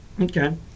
Okay